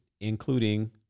including